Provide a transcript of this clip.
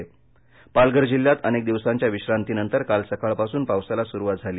पालघर पाऊस पालघर जिल्ह्यात अनेक दिवसांच्या विश्रांतीनंतर काल सकाळपासून पावसाला सुरुवात झाली